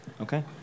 Okay